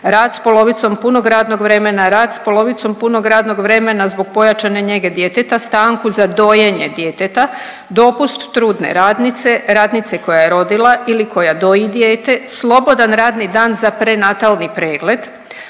rad s polovicom punom radnog vremena, rad s polovicom punog radnog vremena zbog pojačanje njege djeteta, stanku za dojenje djeteta, dopust trudne radnice, radnice koja je rodila ili koja doji dijete, slobodan radni dan za prenatalni pregled,